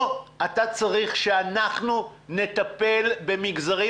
או שאתה צריך שאנחנו נטפל במגזרים